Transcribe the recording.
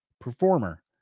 performer